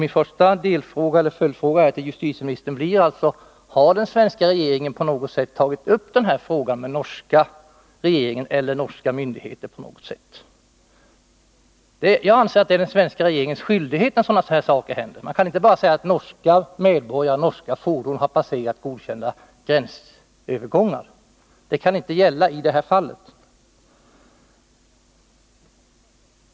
Min första följdfråga till justitieministern blir: Har den svenska regeringen på något sätt tagit upp denna fråga med den norska regeringen eller med norska myndigheter? Jag anser att det är den svenska regeringens skyldighet att göra detta. Man kan inte bara säga att det gäller norska medborgare och norska fordon som passerat godkända gränsövergångar. Det kan inte gälla i det här fallet.